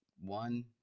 one